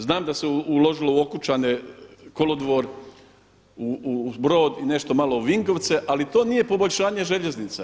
Znam da se uložilo u Okučane kolodvor u Brod i nešto malo u Vinkovce, ali to nije poboljšanje željeznice.